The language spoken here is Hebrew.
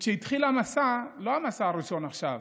וכשהתחיל המסע, לא המסע הראשון עכשיו,